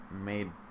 made